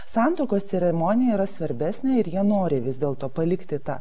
santuokos ceremonija yra svarbesnė ir jie nori vis dėl to palikti tą